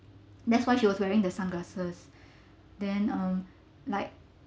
that's why she was wearing the sunglasses then um like